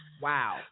Wow